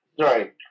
Sorry